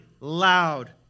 loud